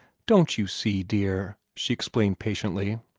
don't you see, dear, she explained patiently,